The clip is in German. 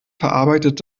verarbeitet